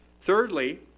Thirdly